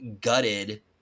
gutted